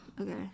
Okay